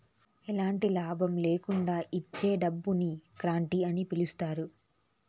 ఎలాంటి లాభం ల్యాకుండా ఇచ్చే డబ్బును గ్రాంట్ అని పిలుత్తారు